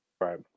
Right